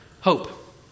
hope